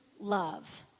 love